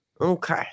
okay